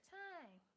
time